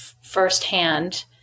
firsthand